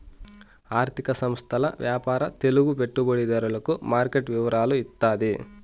ఆర్థిక సంస్థల వ్యాపార తెలుగు పెట్టుబడిదారులకు మార్కెట్ వివరాలు ఇత్తాది